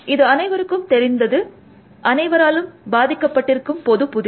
இது அனைவருக்கும் தெரிந்த அனைவராலும் பாதிக்கப்பட்டிருக்கும் பொது புதிர்